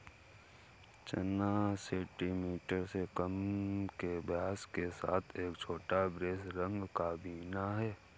चना सेंटीमीटर से कम के व्यास के साथ एक छोटा, बेज रंग का बीन है